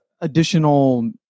additional